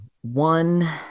one